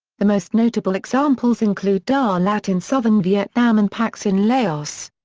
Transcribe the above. the most notable examples include da lat in southern vietnam and pakse in laos.